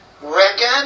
Reckon